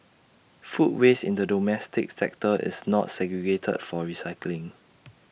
food waste in the domestic sector is not segregated for recycling